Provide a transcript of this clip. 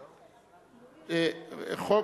מס' 18),